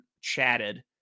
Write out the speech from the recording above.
chatted